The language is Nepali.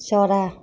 चरा